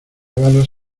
balas